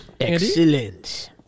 Excellent